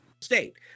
state